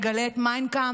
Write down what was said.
נגלה את מיין קאמפף,